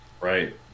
Right